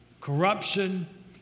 corruption